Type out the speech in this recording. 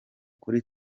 kuri